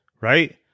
right